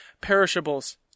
perishables